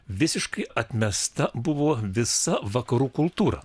visiškai atmesta buvo visa vakarų kultūra